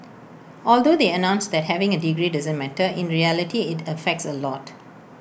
although they announced that having A degree doesn't matter in reality IT affects A lot